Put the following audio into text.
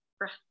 Right